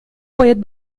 باید